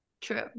True